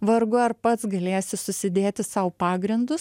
vargu ar pats galėsi susidėti sau pagrindus